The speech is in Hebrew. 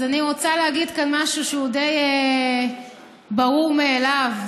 אז אני רוצה להגיד כאן משהו שהוא די ברור מאליו,